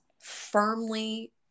firmly